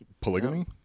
polygamy